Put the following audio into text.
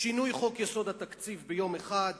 שינוי בתקציב בחוק-יסוד ביום אחד,